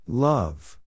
Love